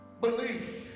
believe